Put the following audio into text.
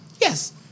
Yes